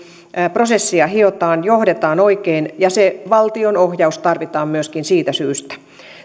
prosessia hiotaan johdetaan oikein ja se valtionohjaus tarvitaan myöskin siitä syystä